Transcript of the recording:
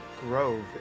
grove